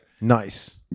nice